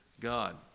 God